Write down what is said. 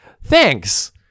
thanks